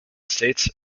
states